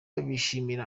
bishimiye